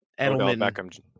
Edelman